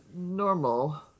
normal